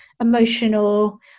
emotional